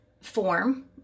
form